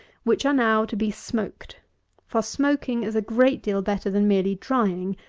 which are now to be smoked for smoking is a great deal better than merely drying,